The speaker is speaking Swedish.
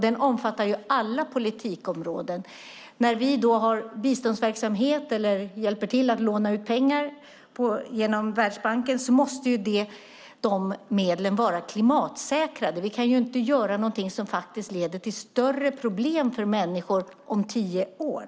Den omfattar alla politikområden. När vi bedriver biståndsverksamhet eller hjälper till att låna ut pengar genom Världsbanken måste de medlen vara klimatsäkrade. Vi kan inte göra någonting som faktiskt leder till större problem för människor om tio år.